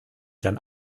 dann